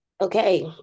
Okay